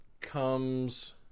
comes